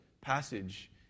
passage